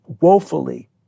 woefully